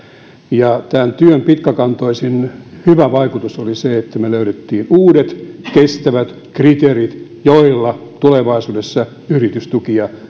ja tämän työn pitkäkantoisin hyvä vaikutus oli se että me löysimme uudet kestävät kriteerit joilla tulevaisuudessa yritystukia